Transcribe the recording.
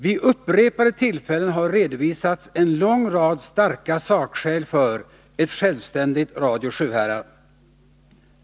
Vid upprepade tillfällen har redovisats en lång rad starka sakskäl för ett självständigt Radio Sjuhärad.